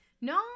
No